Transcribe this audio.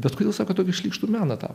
tad kodėl sako tokį šlykštų meną tapot